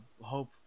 hope